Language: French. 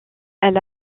elle